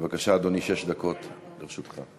בבקשה, אדוני, שש דקות לרשותך.